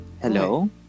Hello